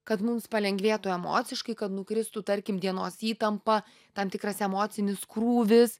kad mums palengvėtų emociškai kad nukristų tarkim dienos įtampa tam tikras emocinis krūvis